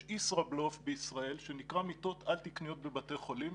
יש ישראבלוף בישראל שנקרא מיטות על תקניות בבתי חולים.